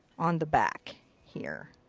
on the back here.